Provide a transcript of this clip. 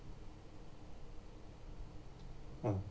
ah